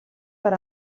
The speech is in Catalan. per